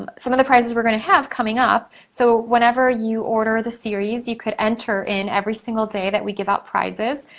some of the prizes we're gonna have coming up, so whenever you order the series you could enter in every single day that we give out prizes,